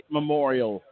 Memorial